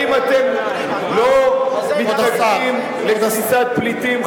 האם אתם לא מתנגדים לכניסת פליטים,